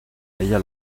ella